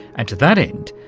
and to that end,